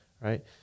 Right